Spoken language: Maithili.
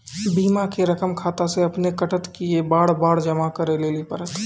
बीमा के रकम खाता से अपने कटत कि बार बार जमा करे लेली पड़त?